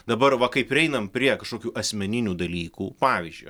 dabar va kaip prieinam prie kažkokių asmeninių dalykų pavyzdžiui